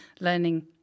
learning